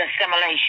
assimilation